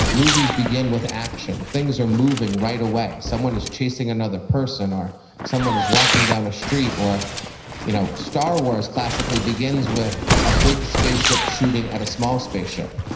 movies begin with action. things are moving right away. someone is chasing another person or someone is walking down a street. you know star wars classically begins with a big spaceship shooting at a small spaceship.